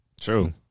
True